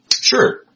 Sure